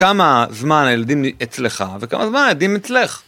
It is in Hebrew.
כמה זמן הילדים אצלך, וכמה זמן הילדים אצלך.